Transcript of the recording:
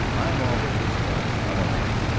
i'm already established, i'm a man,